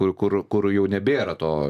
kur kur kur jau nebėra to